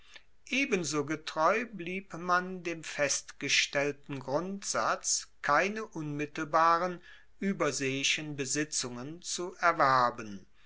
ebenso getreu blieb man dem festgestellten grundsatz keine unmittelbaren ueberseeischen besitzungen zu erwerben